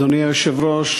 אדוני היושב-ראש,